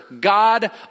God